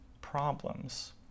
problems